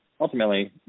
ultimately